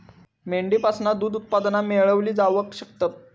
मेंढीपासना दूध उत्पादना मेळवली जावक शकतत